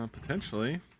potentially